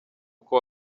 uko